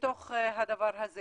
בתוך הדבר הזה